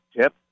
tip